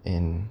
and